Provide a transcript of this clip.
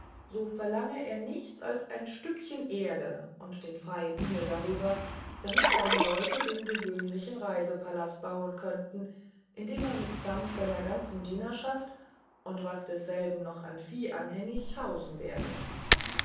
so verlange er nichts als ein stückchen erde und den freien himmel darüber damit seine leute den gewöhnlichen reisepalast bauen könnten in dem er mit samt seiner ganzen dienerschaft und was derselben noch an vieh anhängig hausen werde